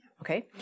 Okay